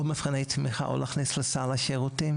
או מבחני תמיכה או להכניס לסל השירותים,